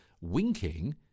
winking